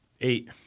Eight